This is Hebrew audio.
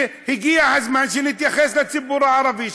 הגיע הזמן שנתייחס לציבור הערבי,